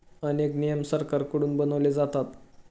अनेक नियम सरकारकडून बनवले जातात